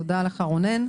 תודה לך רונן.